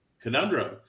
conundrum